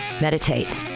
Meditate